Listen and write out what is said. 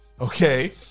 Okay